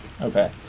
Okay